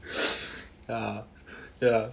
ya ya